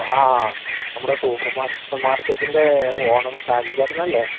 ആ നമ്മുടെ സൂപ്പർ മാർക്കെറ്റിൻ്റെ ഓണർ സാജൻചേട്ടനല്ലെ